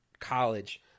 college